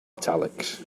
italics